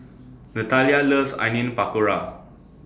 Nathalia loves Onion Pakora